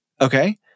Okay